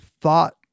thought